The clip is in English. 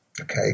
okay